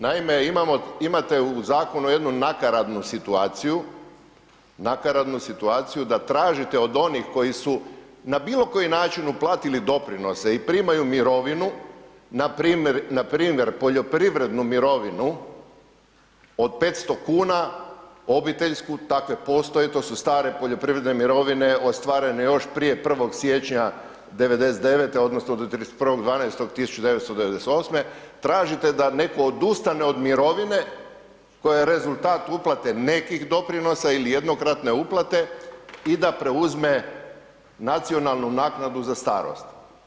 Naime, imate u zakonu jednu nakaradnu situaciju, nakaradnu situaciju da tražite od onih koji su na bilo koji način uplatili doprinose i primaju mirovinu npr. poljoprivrednu mirovinu od 500 kuna obiteljsku, takve postoje, to su stare poljoprivredne mirovine ostvarene još prije 1. siječnja '99. odnosno do 31.12.1998. tražite da netko odustane od mirovine koja je rezultat uplate nekih doprinosa ili jednokratne uplate i da preuzme nacionalnu naknadu za starost.